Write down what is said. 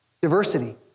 Diversity